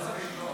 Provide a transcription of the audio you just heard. לא צריך, לא.